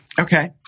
Okay